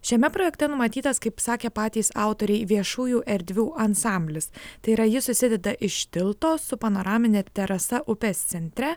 šiame projekte numatytas kaip sakė patys autoriai viešųjų erdvių ansamblis tai yra jis susideda iš tilto su panoramine terasa upės centre